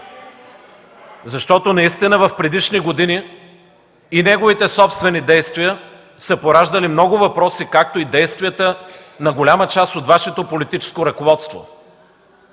Защото наистина в предишни години и неговите собствени действия са пораждали много въпроси, както и действията на голяма част от Вашето политическо ръководство.